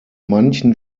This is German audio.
manchen